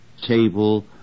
table